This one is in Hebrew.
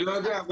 אני לא יודע,